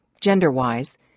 gender-wise